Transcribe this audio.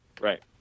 Right